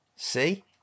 See